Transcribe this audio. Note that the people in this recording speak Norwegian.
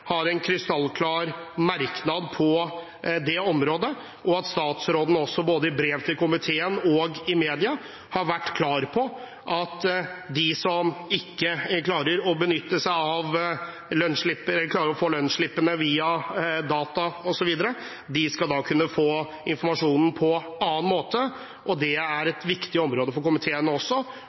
har en krystallklar merknad på det området, og at statsråden både i brev til komiteen og i media har vært klar på at de som ikke klarer å få lønnsslippene via data osv., skal kunne få informasjonen på annen måte. Det er et viktig område for komiteen